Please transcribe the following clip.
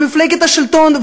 למפלגת השלטון,